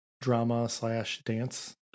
drama-slash-dance